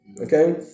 okay